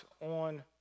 on